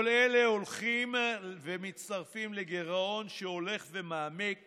כל אלה הולכים ומצטרפים לגירעון שהולך ומעמיק